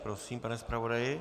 Prosím, pane zpravodaji.